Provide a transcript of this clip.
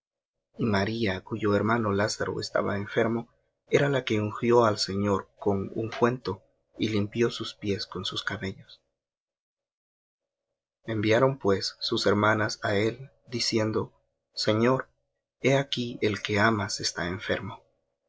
maría cuyo hermano lázaro estaba enfermo era la que ungió al señor con ungüento y limpió sus pies con sus cabellos enviaron pues sus hermanas á él diciendo señor he aquí el que amas está enfermo